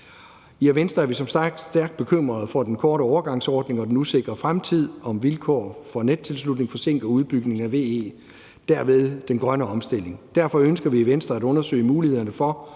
I Venstre er vi som sagt stærkt, stærkt bekymrede for, at den kortere overgangsordning og den usikre fremtid, hvad angår vilkår for nettilslutning, forsinker udbygningen af VE og derved den grønne omstilling. Derfor ønsker vi i Venstre at undersøge mulighederne for,